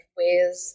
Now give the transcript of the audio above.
ways